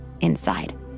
inside